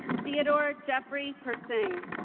theodore jeffrey persing